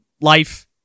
life